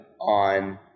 on